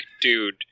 dude